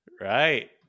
Right